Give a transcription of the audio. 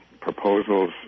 proposals